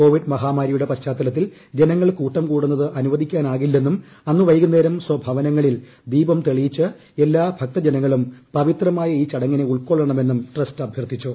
Covid മഹാമാരിയുടെ പശ്ചാത്തലത്തിൽ ജനങ്ങൾ കൂട്ടം കൂടുന്നത് അനുവദിക്കാനാകില്ലെന്നും അന്നു വൈകുന്നേരം സ്വഭവനങ്ങളിൽ ദീപം തെളിയിച്ച് എല്ലാ ഭക്തജനങ്ങളും പവിത്രമായ ഉൾക്കൊള്ളണമെന്നും ട്രസ്റ്റ് അഭ്യർത്ഥിച്ചു